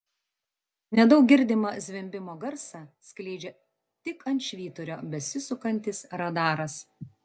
nedaug girdimą zvimbimo garsą skleidžia tik ant švyturio besisukantis radaras